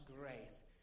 grace